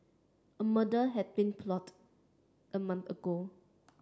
a murder had been plot a month ago